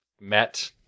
met